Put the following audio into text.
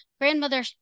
grandmother